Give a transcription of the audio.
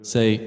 Say